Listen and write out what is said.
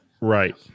Right